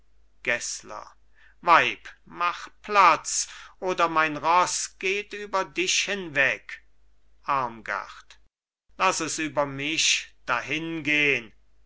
gessler weib mach platz oder mein ross geht über dich hinweg armgard lass es über mich dahingehn